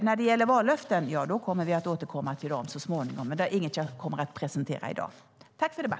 När det gäller vallöften kommer vi att återkomma till dem så småningom, men det är inget jag kommer att presentera i dag.